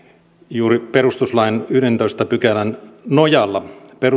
juuri perustuslain yhdennentoista pykälän nojalla